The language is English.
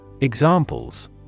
Examples